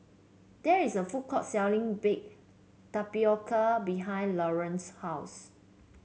there is a food court selling Baked Tapioca behind Lorrayne's house